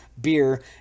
beer